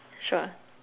sure